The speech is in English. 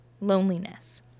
loneliness